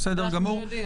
יודעים.